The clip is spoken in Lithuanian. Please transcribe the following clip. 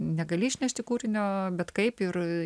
negali išnešti kūrinio bet kaip ir